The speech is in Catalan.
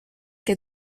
que